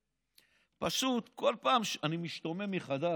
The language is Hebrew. פשוט בכל פעם אני משתומם מחדש.